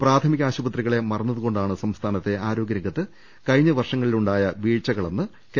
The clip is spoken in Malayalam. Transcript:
പ്രാഥമിക ആശു പത്രികളെ മറന്നതുകൊണ്ടാണ് സംസ്ഥാനത്തെ ആരോഗ്യരംഗത്ത് കഴിഞ്ഞ വർഷങ്ങളിലുണ്ടായ വീഴ്ചയെന്ന് കെ